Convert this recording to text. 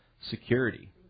security